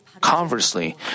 Conversely